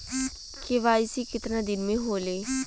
KYC कितना दिन में होले?